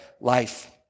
life